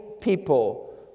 people